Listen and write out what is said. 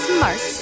Smart